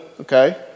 Okay